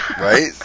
Right